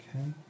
Okay